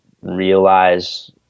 realize